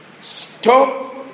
stop